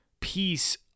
piece